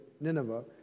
Nineveh